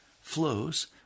flows